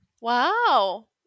Wow